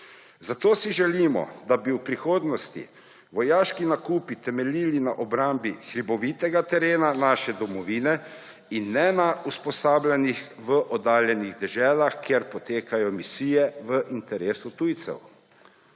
Zato si želimo, da bi v prihodnosti vojaški nakupi temeljili na obrambi hribovitega terena naše domovine in ne na usposabljanjih v oddaljenih deželah, kjer potekajo misije v interesu tujcev.